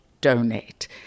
donate